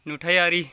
नुथायारि